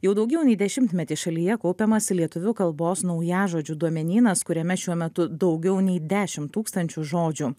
jau daugiau nei dešimtmetį šalyje kaupiamas lietuvių kalbos naujažodžių duomenynas kuriame šiuo metu daugiau nei dešimt tūkstančių žodžių